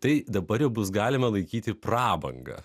tai dabar jau bus galima laikyti prabanga